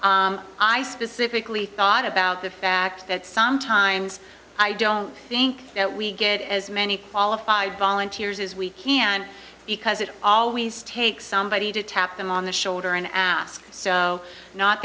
representatives i specifically thought about the fact that sometimes i don't think that we get as many qualified volunteers as we can because it always takes somebody to tap them on the shoulder and ask so not